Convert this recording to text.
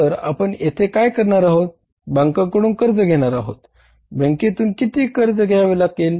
तर आपण येथे काय करणार आहोत बँकेकडून कर्ज घेणार आहोत बँकेतून किती कर्ज घ्यावे लागेल